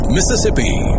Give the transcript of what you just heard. Mississippi